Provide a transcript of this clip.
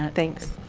thanks.